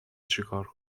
چیکار